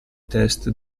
test